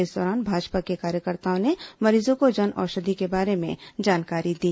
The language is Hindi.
इस दौरान भाजपा के कार्यकर्ताओं ने मरीजों को जनऔषधि के बारे में जानकारी दी